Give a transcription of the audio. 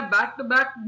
Back-to-back